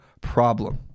problem